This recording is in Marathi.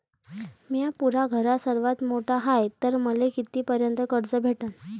म्या पुऱ्या घरात सर्वांत मोठा हाय तर मले किती पर्यंत कर्ज भेटन?